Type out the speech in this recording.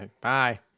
Bye